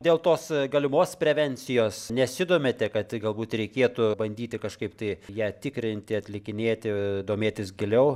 dėl tos galimos prevencijos nesidomite kad galbūt reikėtų bandyti kažkaip tai ją tikrinti atlikinėti domėtis giliau